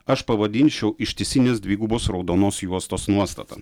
aš pavadinčiau ištisinės dvigubos raudonos juostos nuostata